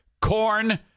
Corn